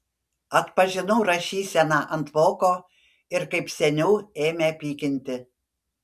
atpažinau rašyseną ant voko ir kaip seniau ėmė pykinti